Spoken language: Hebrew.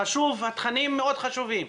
התכנים מאוד חשובים,